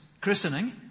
christening